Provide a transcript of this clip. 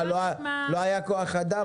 לא היה כוח אדם?